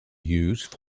used